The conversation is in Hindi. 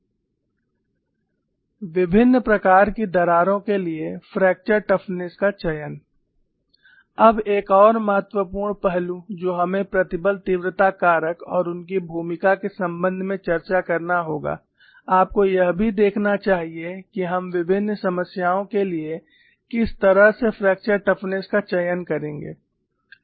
Selection of Fracture Toughness for various types of cracks विभिन्न प्रकार की दरारों के लिए फ्रैक्चर टफनेस का चयन अब एक और महत्वपूर्ण पहलू जो हमें प्रतिबल तीव्रता कारक और उनकी भूमिका के संबंध में चर्चा करना होगा आपको यह भी देखना चाहिए कि हम विभिन्न समस्याओं के लिए किस तरह से फ्रैक्चर टफनेस का चयन करेंगे